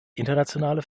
internationale